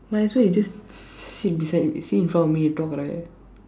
might as well you just s~ sit beside sit in front of me and talk right